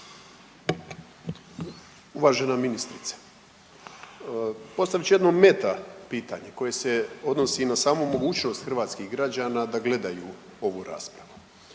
Uvažena ministrice, postavit ću jedno meta pitanje koje se odnosi na samu mogućnost hrvatskih građana da gledaju ovu raspravu.